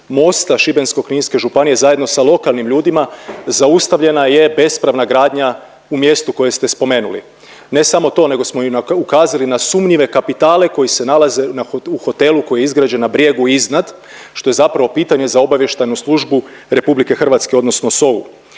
Mosta Šibensko-kninske županije zajedno sa lokalnim ljudima zaustavljena je bespravna gradnja u mjestu koje ste spomenuli. Ne samo to, nego smo i ukazali na sumnjive kapitale koji se nalaze u hotelu koji je izgrađen na brijegu iznad što je zapravo pitanje za obavještajnu službu Republike Hrvatske odnosno SOA-u